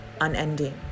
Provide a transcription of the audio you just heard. unending